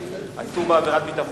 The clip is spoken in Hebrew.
24, נגד, 3,